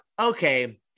okay